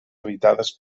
habitades